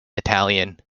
italian